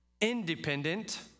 independent